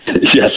yes